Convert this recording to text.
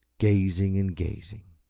gazing and gazing.